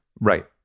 Right